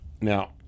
Now